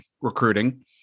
recruiting